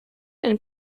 and